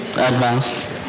Advanced